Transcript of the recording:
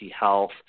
health